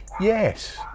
yes